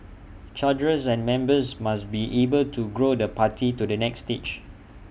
cadres and members must be able to grow the party to the next stage